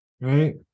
right